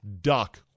duck